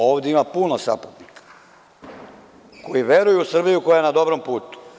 Ovde ima puno saputnika koji veruju u Srbiju koja je na dobrom putu.